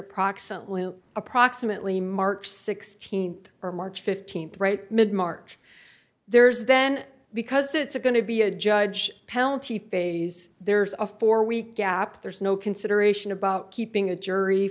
approximately approximately march th or march th right mid march there's then because it's going to be a judge penalty phase there's a four week gap there's no consideration about keeping a jury